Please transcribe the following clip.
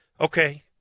Okay